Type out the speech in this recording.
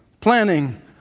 planning